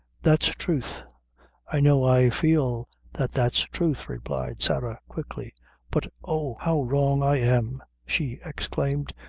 that's truth i know, i feel that that's truth, replied sarah, quickly but oh, how wrong i am, she exclaimed,